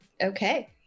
Okay